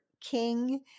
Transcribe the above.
King